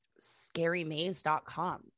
scarymaze.com